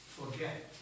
forget